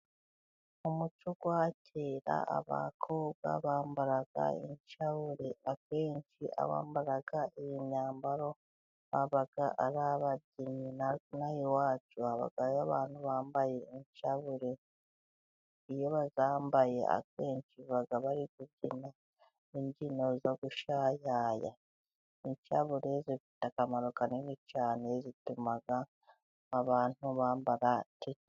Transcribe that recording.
Umuco wa kera abakobwa bambaraga incahure, akenshi abambaraga iyo myambaro babaga ari ababyinnyi. Natwe ino aha iwacu haba abantu bambara incabure. Iyo bazambaye akenshi baba bari kubyina imbyino zo gushayaya. Incabure zifite akamaro kanini cyane, zituma abantu bamba....